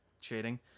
shading